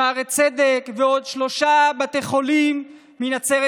שערי צדק ועוד שלושה בתי חולים בנצרת.